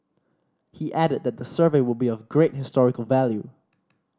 he added that the survey would be of great historical value